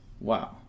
wow